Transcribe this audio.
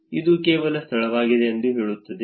ಇದು ಕೇವಲ ಸ್ಥಳವಾಗಿದೆ ಎಂದು ಹೇಳುತ್ತದೆ